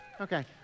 Okay